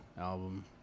album